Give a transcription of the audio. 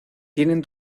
tienen